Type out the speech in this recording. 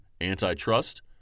antitrust